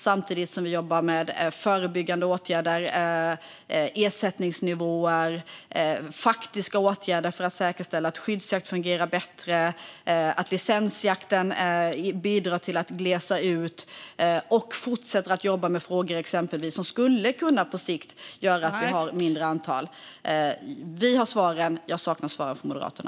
Samtidigt jobbar vi med förebyggande åtgärder, ersättningsnivåer, faktiska åtgärder för att säkerställa att skyddsjakt fungerar bättre samt med att licensjakten bidrar till att glesa ut. Därtill fortsätter vi att jobba med frågor som skulle kunna göra att vi på sikt har ett mindre antal. Vi har svaren. Jag saknar svaren från Moderaterna.